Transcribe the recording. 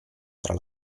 tra